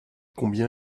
combien